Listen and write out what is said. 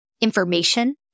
information